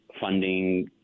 funding